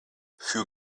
für